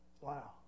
Wow